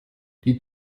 die